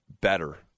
better